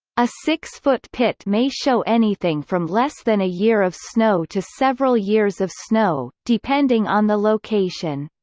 a six-foot pit may show anything from less than a year of snow to several years of snow, depending on the location.